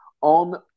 on